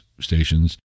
stations